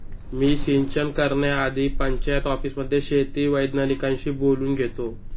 मी सिंचन करण्याआधी पंचायत ऑफिसमध्ये शेती वैज्ञानिकांशी बोलून घेतो